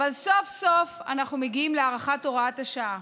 אבל סוף-סוף אנחנו מגיעים להארכת הוראת השעה.